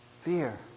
fear